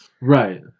Right